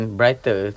brighter